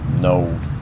no